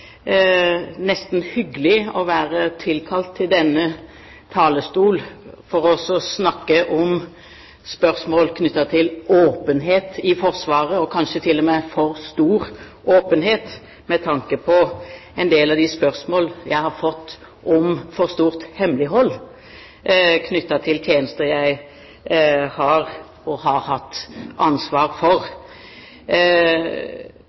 nesten hyggelig å være tilkalt til denne talerstol for å snakke om spørsmål knyttet til åpenhet i Forsvaret, kanskje til og med for stor åpenhet, med tanke på en del av de spørsmål jeg har fått om for stort hemmelighold knyttet til tjenester jeg har og har hatt ansvar for.